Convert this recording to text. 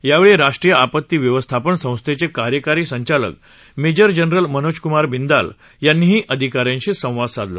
यावेळी राष्ट्रीय आपती व्यवस्थापन संस्थेचे कार्यकारी संचालक मेजर जनरल मनोज क्मार बिंदाल यांनीही अधिका यांशी संवाद साधला